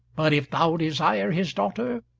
but if thou desire his daughter,